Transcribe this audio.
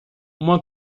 uma